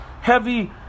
heavy